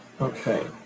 Okay